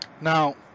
Now